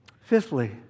Fifthly